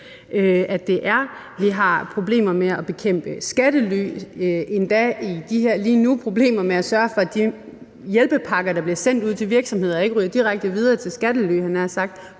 at det er. Vi har problemer med at bekæmpe skattely; vi har endda lige nu problemer med at sørge for, at de hjælpepakker, der bliver sendt ud til virksomheder, ikke ryger direkte videre til skattely, havde jeg